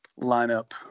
lineup